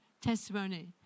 testimony